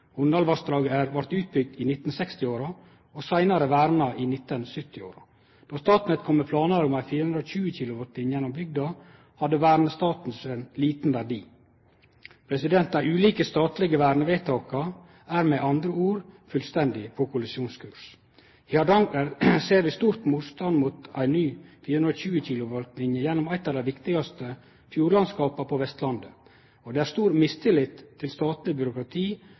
seinare verna i 1970-åra. Då Statnett kom med planar om ei 420 kV-linje gjennom bygda, hadde vernestatusen liten verdi. Dei ulike statlege vernevedtaka er med andre ord på fullstendig kollisjonskurs. I Hardanger ser vi stor motstand mot ei ny 420 kV-linje gjennom eit av dei viktigaste fjordlandskapa på Vestlandet, og det er stor mistillit til statleg byråkrati